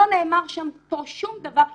לא נאמר פה שום דבר ענייני.